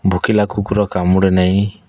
ଭୋକିଲା କୁକୁର କାମୁଡ଼େ ନାଇଁ